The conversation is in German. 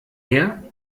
her